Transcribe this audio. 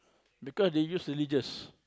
because they use religious